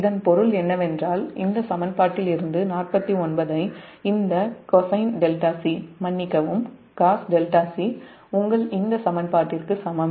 இதன் பொருள் என்னவென்றால் இந்த சமன்பாட்டிலிருந்து 49 ஐ இந்த cos 𝜹c இந்த சமன்பாட்டிற்கு சமம்